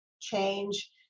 change